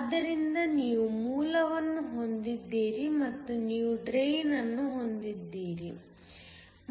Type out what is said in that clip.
ಆದ್ದರಿಂದ ನೀವು ಮೂಲವನ್ನು ಹೊಂದಿದ್ದೀರಿ ಮತ್ತು ನೀವು ಡ್ರೈನ್ ಅನ್ನು ಹೊಂದಿದ್ದೀರಿ